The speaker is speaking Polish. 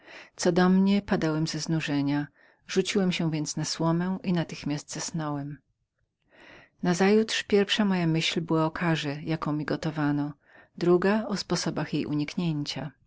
co do mnie padałem ze znużenia rzuciłem się więc na słomę i wkrótce zasnąłem nazajutrz pierwsza moja myśl była o karze jaką mi gotowano i o sposobach uniknięcia